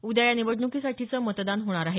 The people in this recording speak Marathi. उद्या या निवडणुकीसाठीचं मतदान होणार आहे